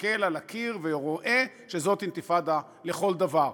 מסתכל על הקיר ורואה שזאת אינתיפאדה לכל דבר.